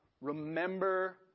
Remember